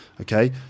Okay